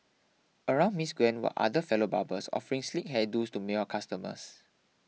around Miss Gwen were other fellow barbers offering sleek hair do's to male customers